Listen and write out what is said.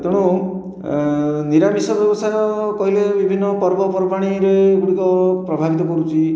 ତେଣୁ ନିରାମିଷ ବ୍ୟବସାୟ କହିଲେ ବିଭିନ୍ନ ପର୍ବପର୍ବାଣୀରେ ଗୁଡ଼ିକ ପ୍ରଭାବିତ କରୁଛି